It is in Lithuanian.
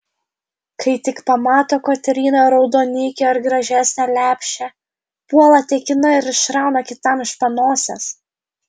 kai tik pamato kotryna raudonikį ar gražesnę lepšę puola tekina ir išrauna kitam iš panosės